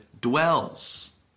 dwells